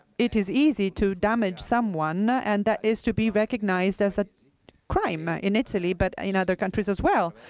it is easy to damage someone, and that is to be recognized as a crime ah in italy, but in other countries, as well.